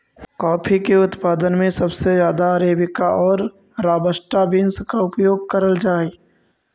coffee के उत्पादन में सबसे ज्यादा अरेबिका और रॉबस्टा बींस का उपयोग करल जा हई